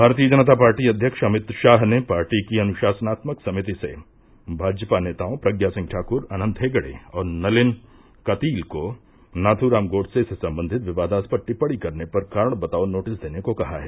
भारतीय जनता पार्टी अध्यक्ष अमित शाह ने पार्टी की अनुशासनात्मक समिति से भाजपा नेताओं प्रज्ञा सिंह ठाक्र अनन्त हेगड़े और नलिन कतील को नाथूराम गोडसे से संबंधित विवादास्पद टिप्पणी करने पर कारण बताओ नोटिस देने को कहा है